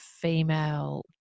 female